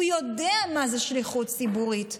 הוא יודע מה זו שליחות ציבורית.